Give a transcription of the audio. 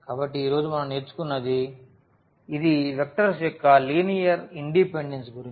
కాబట్టి ఈ రోజు మనం నేర్చుకున్నది ఇది వెక్టర్స్ యొక్క లినియర్ ఇండిపెండెన్స్ గురించి